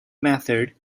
method